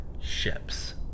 ships